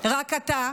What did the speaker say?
רק אתה,